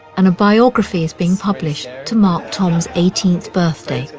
and a biography is being published to mark tom's eighteenth birthday.